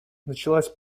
началась